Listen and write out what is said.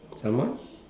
someone